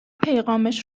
پیغامش